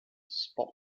spot